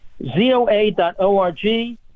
ZOA.org